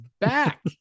back